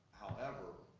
however,